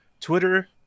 Twitter